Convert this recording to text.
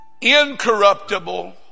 incorruptible